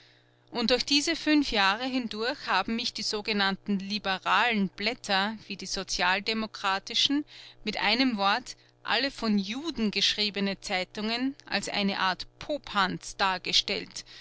und durch diese fünf jahre hindurch haben mich die sogenannten liberalen blätter wie die sozialdemokratischen mit einem wort alle von juden geschriebenen zeitungen als eine art popanz dargestellt